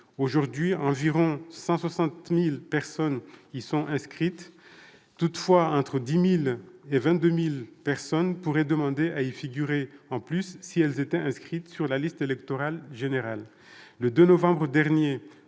Aujourd'hui, environ 160 000 électeurs y sont inscrits, tandis qu'entre 10 000 et 22 000 personnes pourraient demander à y figurer, si elles étaient inscrites sur la liste électorale générale. Le 2 novembre dernier,